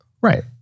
Right